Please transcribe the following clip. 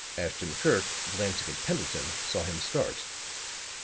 ashton-kirk, glancing at pendleton, saw him start.